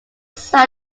site